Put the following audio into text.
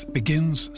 begins